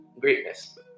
greatness